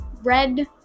red